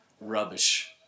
rubbish